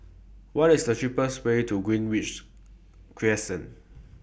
What IS The cheapest Way to Greenridge Crescent